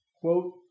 Quote